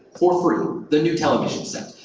for free. the new television set.